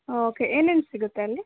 ಒ okay ಏನೇನು ಸಿಗುತ್ತೆ ಅಲ್ಲಿ